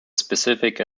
specific